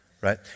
right